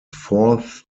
fourth